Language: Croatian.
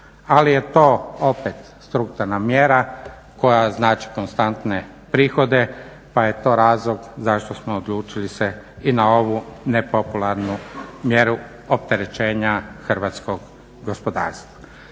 Ali je to opet strukturna mjera koja znači konstantne prihode pa je to razlog zašto smo odlučili se i na ovu nepopularnu mjeru opterećenja hrvatskog gospodarstva.